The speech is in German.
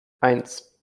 eins